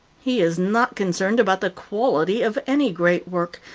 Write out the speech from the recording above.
he is not concerned about the quality of any great work,